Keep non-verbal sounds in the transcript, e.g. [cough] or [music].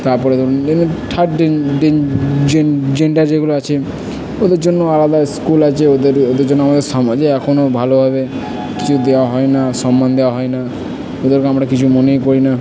তারপরে ধরুন এমনি থার্ড [unintelligible] জেন্ডার যেগুলো আছে ওদের জন্যও আলাদা স্কুল আছে ওদের ওদের জন্য আমাদের সমাজে এখনো ভালোভাবে কিছু দেওয়া হয় না আর সম্মান দেওয়া হয় না ওদেরকে আমরা কিছু মনেই করি না